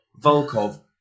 Volkov